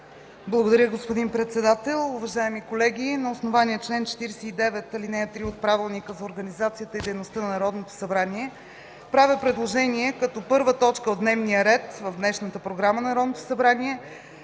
Благодаря, господин председател. Уважаеми колеги, на основание чл. 49, ал. 3 от Правилника за организацията и дейността на Народното събрание правя предложение като първа точка от дневния ред в днешната програма на Народното събрание